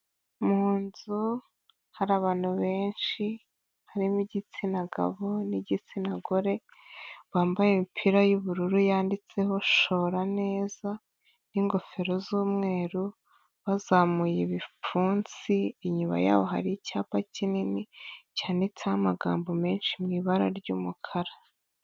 Mu nzu hari abantu benshi harimo igitsina gabo n'igitsina gore, bambaye imipira y'ubururu yanditseho shora neza n'ingofero z'umweru bazamuye ibipfunsi, inyuma yaho hari icyapa kinini cyanditseho amagambo menshi mu ibara ry'umukara.